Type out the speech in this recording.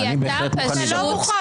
אתה לא מוכן.